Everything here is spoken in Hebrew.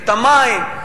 ואת מחיר המים,